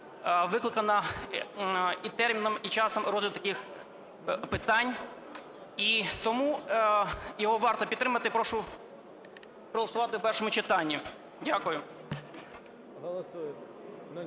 викликана і терміном, і часом розгляду таких питань. І тому його варто підтримати, прошу проголосувати в першому читанні. Дякую.